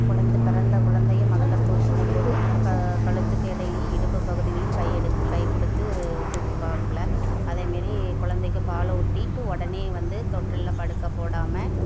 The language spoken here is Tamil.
கொழந்த பிறந்த குழந்தைய முதல்ல தூக்கணும்போது க கழுத்துக்கு இடையிலையும் இடுப்பு பகுதியிலையும் கையெடுத் கை கொடுத்து தூக்கிப்பாப்ல அதே மாரி குழந்தைக்கு பால் ஊட்டிவிட்டு உடனே வந்து தொட்டிலில்ல படுக்கப் போடாமல்